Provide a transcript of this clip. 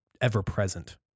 ever-present